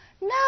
No